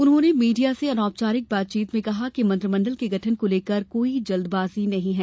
उन्होंने मीडिया से अनौपचारिक बातचीत में कहा कि मंत्रिमंडल के गठन को लेकर कोई जल्दबाजी नहीं है